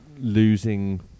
losing